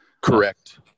Correct